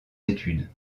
études